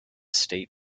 state